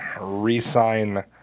re-sign